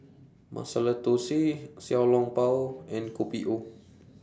Masala Thosai Xiao Long Bao and Kopi O